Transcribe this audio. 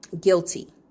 guilty